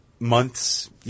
Months